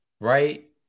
right